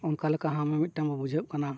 ᱚᱱᱠᱟ ᱞᱮᱠᱟ ᱦᱟᱸᱜ ᱢᱤᱫᱴᱟᱝ ᱵᱩᱡᱷᱟᱹᱜ ᱠᱟᱱᱟ